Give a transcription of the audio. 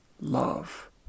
love